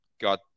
got